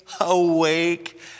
awake